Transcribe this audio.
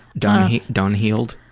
done done healed?